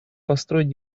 построить